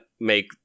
make